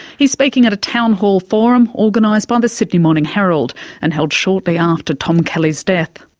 he's speaking at a town hall forum organised by the sydney morning herald and held shortly after tom kelly's death.